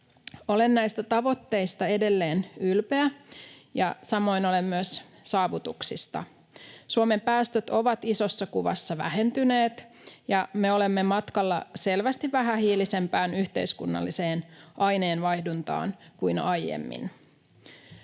Olen näistä tavoitteista edelleen ylpeä ja samoin olen saavutuksista. Suomen päästöt ovat isossa kuvassa vähentyneet, ja me olemme matkalla selvästi vähähiilisempään yhteiskunnalliseen aineenvaihduntaan kuin aiemmin.